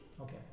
okay